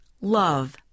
love